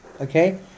Okay